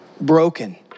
broken